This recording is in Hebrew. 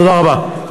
תודה רבה.